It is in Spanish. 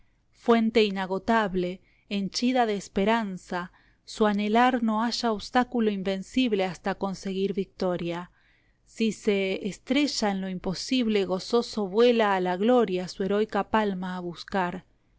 fuente inagotable henchida de esperanza su anhelar no halla obstáculo invencible hasta conseguir victoria si se estrella en lo imposible gozoso vuela a la gloria su heroica palma a buscar